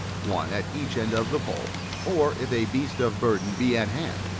one at each end of the pole or, if a beast of burden be at hand,